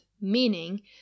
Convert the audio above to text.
meaning